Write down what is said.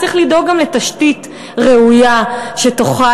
צריך לדאוג גם לתשתית ראויה שתוכל